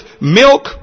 milk